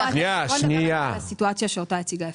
עכשיו נדבר רגע על הסיטואציה שאותה הציגה אפרת,